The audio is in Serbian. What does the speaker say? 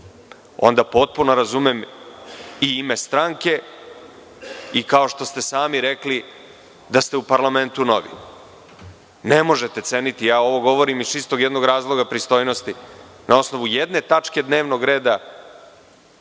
onda potpuno razumem i ime stranke i kao što ste sami rekli da ste u parlamentu novi. Ne možete ceniti, ovo govorim iz čistog jednog razloga, pristojnosti, na osnovu jedne tačke dnevnog reda.